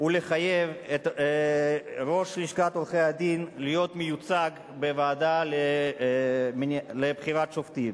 ולחייב את ראש לשכת עורכי-הדין להיות מיוצג בוועדה לבחירת שופטים?